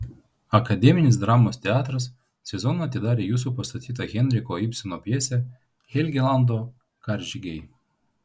akademinis dramos teatras sezoną atidarė jūsų pastatyta henriko ibseno pjese helgelando karžygiai